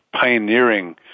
pioneering